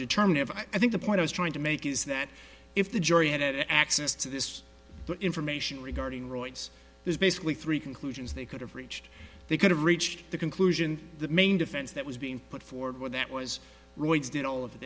determine if i think the point i was trying to make is that if the jury had access to this information regarding royce there's basically three conclusions they could have reached they could have reached the conclusion the main defense that was being put forward that was roy's did all of